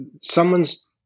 Someone's